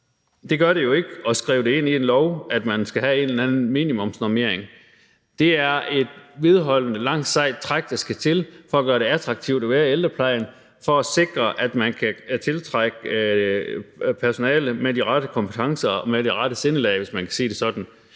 det gør det jo ikke at skrive det ind i en lov, at man skal have en eller anden minimumsnormering. Det er et vedholdende langt, sejt træk, der skal til for at gøre det attraktivt at være i ældreplejen, for at sikre, at man kan tiltrække personale med de rette kompetencer og med det rette sindelag, hvis man kan sige det sådan,